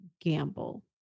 gamble